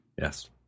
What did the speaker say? Yes